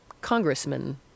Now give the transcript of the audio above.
congressman